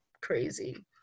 crazy